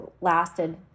lasted